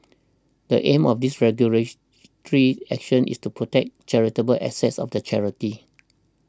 the aim of this regulatory action is to protect charitable assets of the charity